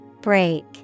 Break